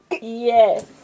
yes